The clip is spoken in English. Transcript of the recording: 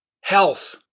health